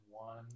one